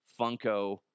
Funko